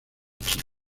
chile